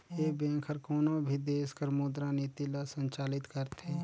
ए bank हर कोनो भी देस कर मुद्रा नीति ल संचालित करथे